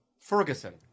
Ferguson